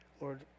Lord